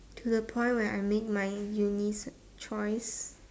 to the point where I make my uni choice